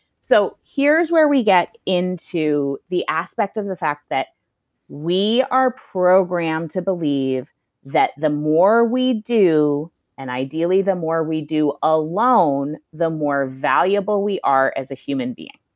so here's where we get into the aspect of the fact that we are programmed to believe that the more we do and ideally the more we do alone, the more valuable we are as a human being.